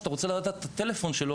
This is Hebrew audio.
שאתה רוצה לדעת את הטלפון שלו,